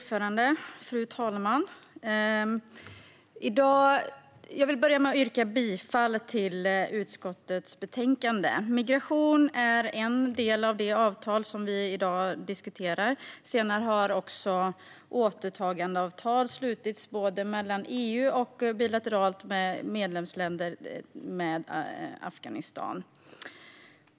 Fru talman! Jag vill börja med att yrka bifall till förslaget i utskottets betänkande. Migration är en del av det avtal vi i dag diskuterar. Senare har också återtagandeavtal slutits mellan EU och Afghanistan, och vissa medlemsländer har slutit bilaterala avtal med Afghanistan.